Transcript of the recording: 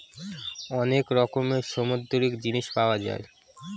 অনেক রকমের সামুদ্রিক জিনিস পাওয়া যায়